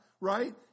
right